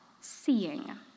seeing